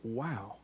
wow